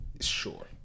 Sure